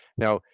now,